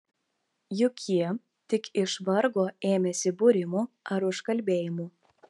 juk ji tik iš vargo ėmėsi būrimų ar užkalbėjimų